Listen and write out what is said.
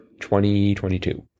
2022